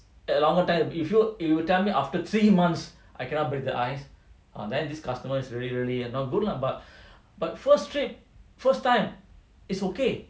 a longer time if you you will tell me after three months I cannot break the ice ah then this customer is really really not good lah but but first trip first time is okay